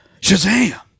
Shazam